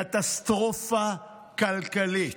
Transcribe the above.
קטסטרופה כלכלית,